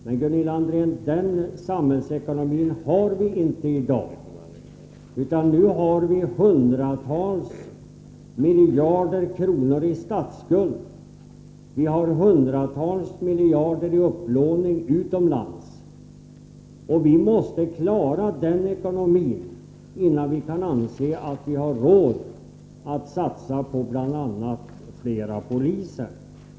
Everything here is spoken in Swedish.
Men, Gunilla André, den samhällsekonomin har vi inte i dag, utan nu har vi hundratals miljarder kronor i statsskuld, hundratals miljarder i upplåning utomlands. Vi måste klara vår ekonomi innan vi kan anse att vi har råd med att satsa på bl.a. fler poliser.